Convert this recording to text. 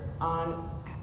on